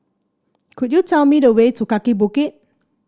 could you tell me the way to Kaki Bukit